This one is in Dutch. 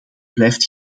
blijft